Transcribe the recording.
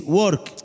work